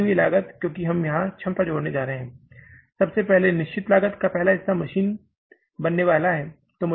बढ़ी हुई लागत क्योंकि हम यहां क्षमता जोड़ने जा रहे हैं सबसे पहले निश्चित लागत का पहला हिस्सा मशीन बनने वाला है